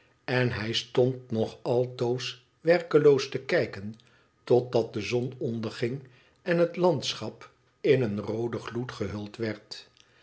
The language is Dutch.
en hij stond nog altoos werkeloos te kijken totdat de zon onderging en het landschap in een rooden gloed gehuld werd